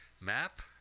map